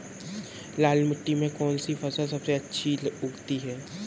लाल मिट्टी में कौन सी फसल सबसे अच्छी उगती है?